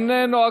אינו נוכח,